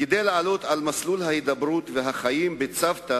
כדי לעלות על מסלול ההידברות והחיים בצוותא